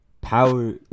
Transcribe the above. power